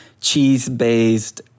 cheese-based